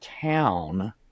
town